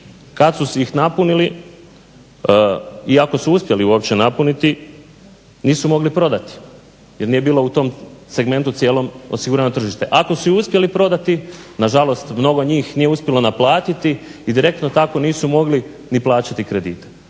Kad su si ih napunili i ako su uspjeli uopće napuniti nisu mogli prodati jer nije bilo u tom segmentu cijelom osigurano tržište. Ako su i uspjeli prodati na žalost mnogo njih nije uspjelo naplatiti i direktno tako nisu mogli ni plaćati kredite.